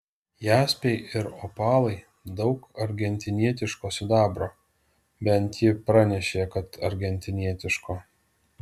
jaspiai ir opalai daug argentinietiško sidabro bent ji pranešė kad argentinietiško